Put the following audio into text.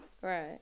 right